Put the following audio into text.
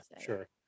sure